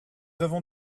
avons